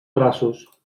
braços